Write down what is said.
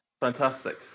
Fantastic